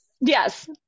yes